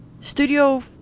Studio